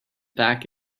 pack